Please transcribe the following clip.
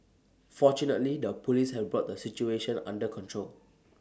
fortunately the Police have brought the situation under control